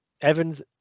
Evans